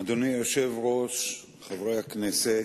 אדוני היושב-ראש, חברי הכנסת,